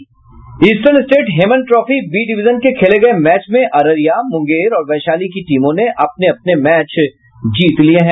eastern state Hemant trophy B division के खेले गये मैच में अररिया मुंगेर और वैशाली की टीमों ने अपने अपने मैच जीत लिये हैं